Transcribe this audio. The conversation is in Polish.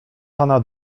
pana